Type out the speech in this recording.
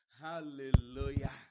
Hallelujah